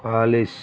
polish